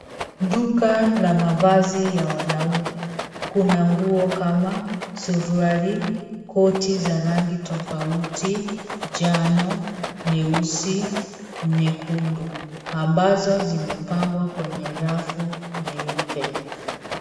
Duka la mavazi ya wanaume kuna nguo kama suruali , koti za rangi tofauti njano, nyeusi, nyekundu ambazo zimepangwa kwenye rafu nyeupe.